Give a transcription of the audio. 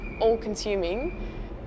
all-consuming